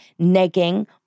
negging